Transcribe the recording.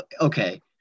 okay